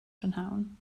prynhawn